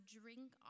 drink